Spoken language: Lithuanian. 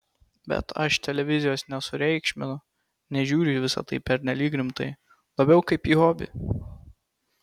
bet aš televizijos nesureikšminu nežiūriu į visa tai pernelyg rimtai labiau kaip į hobį